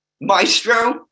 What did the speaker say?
Maestro